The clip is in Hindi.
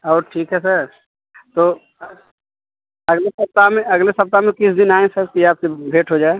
और ठीक है सर तो अगले सप्ताह में अगले सप्ताह में किस दिन आएँ सर कि आपसे भेंट हो जाए